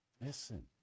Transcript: Listen